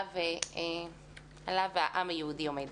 שעליו העם היהודי עומד.